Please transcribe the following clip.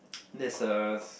let's us